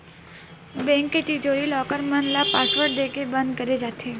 bank के तिजोरी, locker मन ल पासवर्ड देके बंद करे जाथे